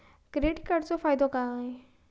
Credit कार्डाचो फायदो काय?